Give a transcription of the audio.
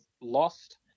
lost